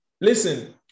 Listen